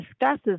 discusses